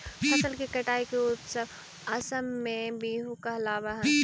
फसल के कटाई के उत्सव असम में बीहू कहलावऽ हइ